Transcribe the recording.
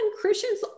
Christians